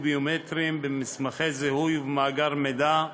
ביומטריים במסמכי זיהוי ובמאגר מידע,